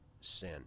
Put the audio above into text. sin